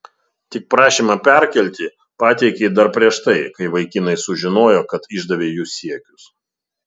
tik prašymą perkelti pateikei dar prieš tai kai vaikinai sužinojo kad išdavei jų siekius